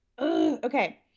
Okay